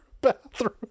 bathroom